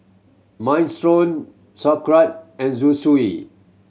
Minestrone Sauerkraut and Zosui